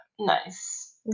Nice